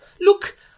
Look